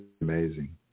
amazing